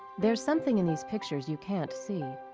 there's something in these pictures you can't see.